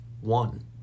One